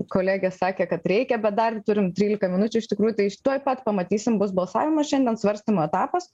kolegė sakė kad reikia bet dar turim trylika minučių iš tikrųjų tai tuoj pat pamatysim bus balsavimas šiandien svarstymo etapas